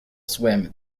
swim